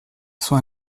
sont